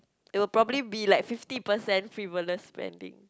it will probably be like fifty percent frivolous spending